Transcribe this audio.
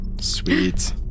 Sweet